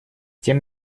тем